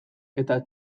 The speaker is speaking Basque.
eta